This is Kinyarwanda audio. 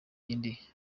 indi